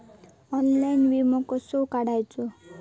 Online विमो कसो काढायचो?